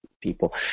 people